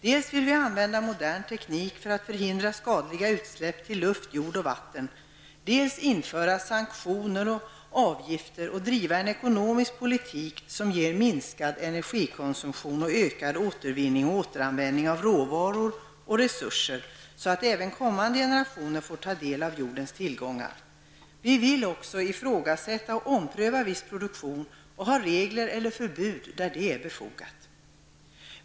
Dels vill vi använda modern teknik för att förhindra skadliga utsläpp i luft, jord och vatten, dels vill vi införa sanktioner och avgifter samt driva en ekonomisk politik som ger minskad energikonsumtion, ökad återvinning och återanvändning av råvaror och resurser. Vi vill att även kommande generationer skall få ta del av jordens tillgångar. Vi vill också ifrågasätta och ompröva viss produktion samt ha regler eller införa förbud där det är befogat.